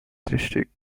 district